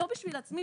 לא בשביל עצמי,